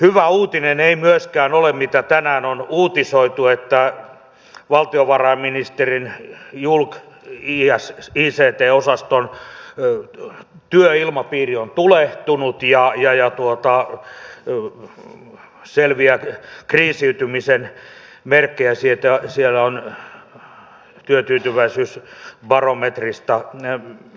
hyvä uutinen ei myöskään ole mitä tänään on uutisoitu että valtiovarainministerin julkict osaston työilmapiiri on tulehtunut ja selviä kriisiytymisen merkkejä siellä on työtyytyväisyysbarometrissa mitattu